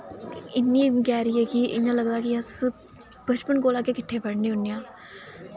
इन्नी गैह्री ऐ कि इ'यां लगदा कि अस बचपन कोला गै किट्ठे पढ़ने होन्ने आं